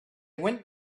went